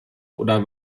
oder